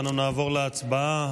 אנו נעבור להצבעה.